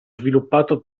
sviluppato